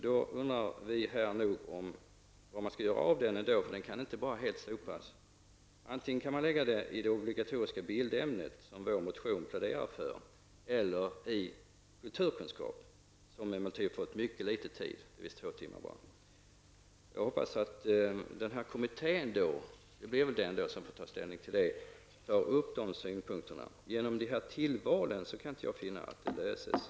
Vi undrar då vad man skall göra av ämnet. Det kan inte bara helt slopas. Antingen kan man lägga det i det obligatoriska bildämnet, som vår motion pläderar för, eller i naturkunskapen, som tydligen har fått mycket litet tid. Det är visst bara två timmar. Jag hoppas att denna kommitté -- det blir väl den som får ta ställning till detta -- tar upp dessa synpunkter. Jag kan inte finna att detta löses enbart genom tillval.